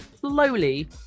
Slowly